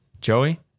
Joey